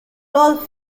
lull